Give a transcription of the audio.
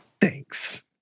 Thanks